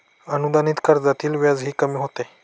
अनुदानित कर्जातील व्याजही कमी होते